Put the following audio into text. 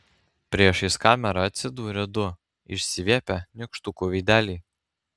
priešais kamerą atsidūrė du išsiviepę nykštukų veideliai